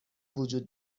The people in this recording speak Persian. وجود